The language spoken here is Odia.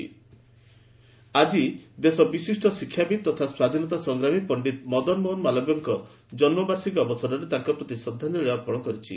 ମାଲବ୍ୟ ଆକି ଦେଶ ବିଶିଷ୍ଟ ଶିକ୍ଷାବିତ୍ ତଥା ସ୍ୱାଧୀନତା ସଂଗ୍ରାମୀ ପଣ୍ଡିତ ମଦନ ମୋହନ ମାଲବ୍ୟଙ୍କ ଜନ୍ମବାର୍ଷିକୀ ଅବସରରେ ତାଙ୍କ ପ୍ରତି ଶ୍ରଦ୍ଧାଞ୍ଜଳି ଞ୍ଜାପନ କରିଛି